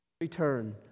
return